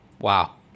Wow